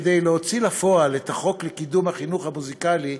כדי להוציא לפועל את החוק לקידום החינוך המוזיקלי,